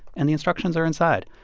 and the instructions are inside.